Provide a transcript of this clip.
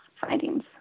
findings